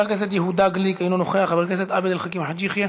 חבר הכנסת אראל מרגלית,